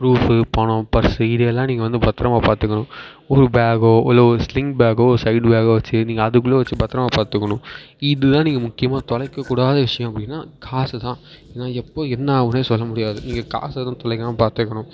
proof பணம் purse இதெல்லாம் நீங்கள் வந்து பத்திரமா பார்த்துக்குணும் ஒரு பேகோ இல்லை ஒரு ஸ்லிங் பேகோ ஒரு சைடு பேகோ வச்சு நீங்கள் அதுக்குள்ளே வச்சு பத்திரமா பார்த்துக்குணும் இதுதான் நீங்கள் முக்கியமாக தொலைக்க கூடாதா விஷயம் அப்படின்னா காசு தான் ஏன்னால் எப்போது என்ன ஆகும்னே சொல்லமுடியாது நீங்கள் காசு எதுவும் தொலைக்காமல் பார்த்துக்குணும்